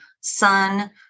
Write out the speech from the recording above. sun